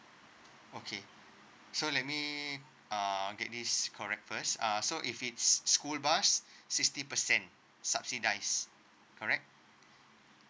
okay so let me uh get this correct first uh so if it's school bus sixty percent subsidise correct